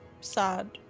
sad